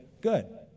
good